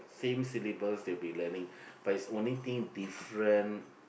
same syllabus they'll be learning but is only thing different